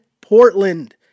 Portland